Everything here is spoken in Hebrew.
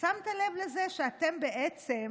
שמת לב לזה שאתם בעצם,